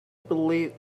believed